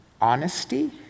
honesty